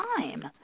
time